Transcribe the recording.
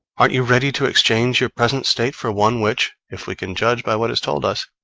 aren't you ready to exchange your present state for one which, if we can judge by what is told us,